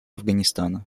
афганистана